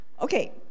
Okay